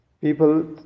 people